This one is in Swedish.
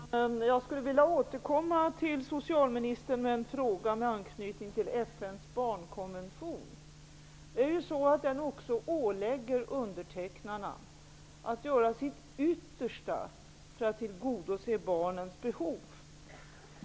Herr talman! Jag skulle vilja återkomma till socialministern med en fråga med anknytning till Konventionen ålägger undertecknarna att göra sitt yttersta för att tillgodose barnens behov.